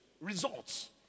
results